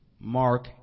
Mark